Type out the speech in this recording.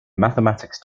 mathematics